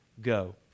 go